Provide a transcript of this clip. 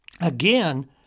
again